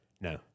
No